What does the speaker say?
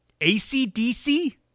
ACDC